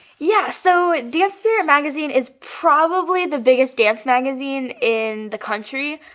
yeah, so dance spirit magazine is probably the biggest dance magazine in the country.